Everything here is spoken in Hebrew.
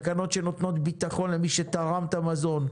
תקנות שנותנות ביטחון למי שתרם את המזון,